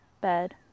bed